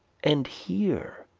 and here.